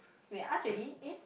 wait ask already eh